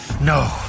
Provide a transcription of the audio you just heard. No